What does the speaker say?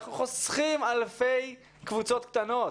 אנחנו חוסכים אלפי קבוצות קטנות.